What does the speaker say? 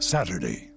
Saturday